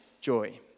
Joy